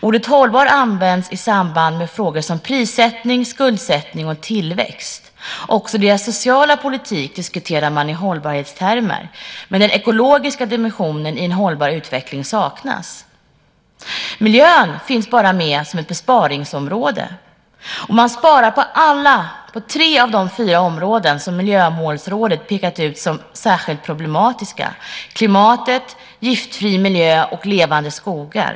Ordet hållbar används i samband med frågor som prissättning, skuldsättning och tillväxt. Också social politik diskuterar man i hållbarhetstermer, men den ekologiska dimensionen i en hållbar utveckling saknas. Miljön finns bara med som ett besparingsområde. Man sparar på tre av de fyra områden som Miljömålsrådet pekat ut som särskilt problematiska: Begränsad klimatpåverkan, Giftfri miljö och levande skogar.